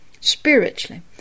spiritually